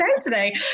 today